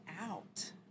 out